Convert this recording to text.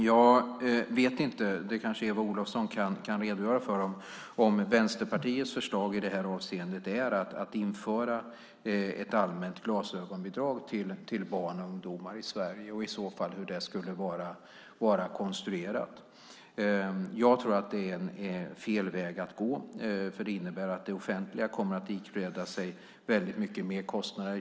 Jag vet inte - det kanske Eva Olofsson kan redogöra för - om Vänsterpartiets förslag i det här avseendet är att införa ett allmänt glasögonbidrag till barn och ungdomar i Sverige och hur det i så fall skulle vara konstruerat. Jag tror att det är fel väg att gå, för det innebär att det offentliga kommer att ikläda sig väldigt mycket mer kostnader.